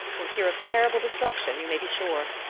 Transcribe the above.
we'll hear of terrible destruction, you may be sure.